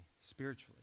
spiritually